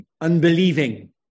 unbelieving